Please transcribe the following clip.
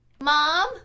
Mom